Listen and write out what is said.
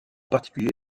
particulier